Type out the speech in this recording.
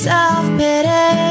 Self-pity